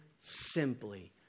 simply